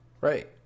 right